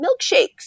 milkshakes